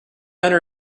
owner